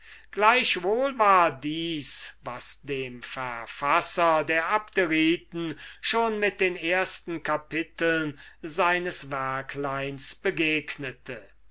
gleichwohl war dies was dem verfasser der abderiten schon mit den ersten kapiteln seines werkleins begegnete